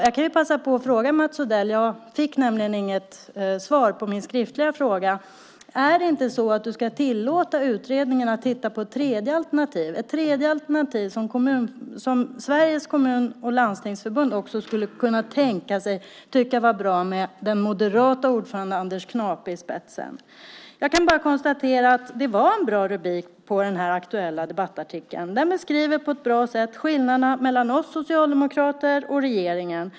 Jag kan passa på att fråga Mats Odell - jag fick nämligen inget svar på min skriftliga fråga: Ska du tillåta utredningen att titta på ett tredje alternativ som Sveriges Kommuner och Landsting skulle kunna tänka sig var bra med den moderata ordföranden Anders Knape i spetsen? Jag kan bara konstatera att det var en bra rubrik på den aktuella debattartikeln. Den beskriver på ett bra sätt skillnaderna mellan oss socialdemokrater och regeringen.